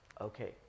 okay